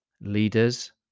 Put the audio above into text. Leaders